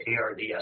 ARDS